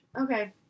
Okay